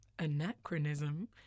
Anachronism